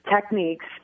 techniques